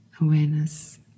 awareness